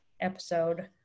episode